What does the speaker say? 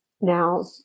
Now